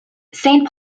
saint